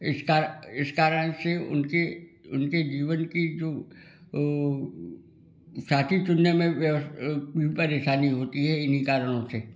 इस कार इस कारण से उनके उनके जीवन की जो अ साथी चुनने में परेशानी होती है इन्हीं कारणों से